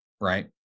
right